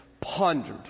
Pondered